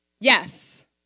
Yes